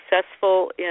successful